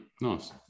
Nice